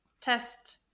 test